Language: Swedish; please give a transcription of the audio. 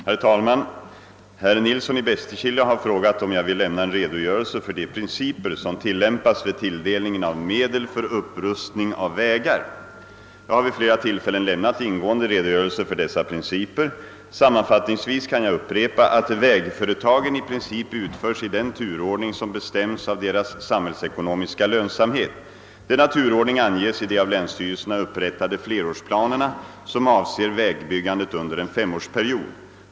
Herr talman! Herr Nilsson i Bästekille har frågat om jag vill lämna en redogörelse för de principer som tilllämpas vid tilldelningen av medel för upprustning av vägar. Jag har vid flera tillfällen i denna kammare lämnat ingående redogörelse för dessa principer. Sammanfattningsvis kan jag upprepa, att vägföretagen i princip utförs i den turordning som bestäms av deras samhällsekonomiska lönsamhet. Denna turordning anges i de av länsstyrelsen upprättade flerårsplanerna, som avser vägbyggandet under en femårsperiod.